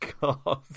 God